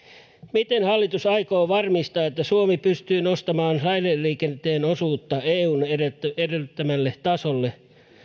miten hallitus aikoo varmistaa että suomi pystyy nostamaan raideliikenteen osuutta eun edellyttämälle tasolle